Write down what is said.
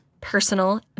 personal